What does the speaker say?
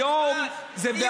היום זה בעדך רז,